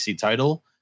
title